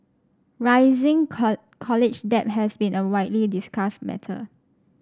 rising college debt has been a widely discussed matter